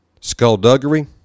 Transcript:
skullduggery